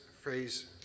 phrase